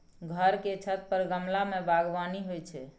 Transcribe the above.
घर के छत पर गमला मे बगबानी होइ छै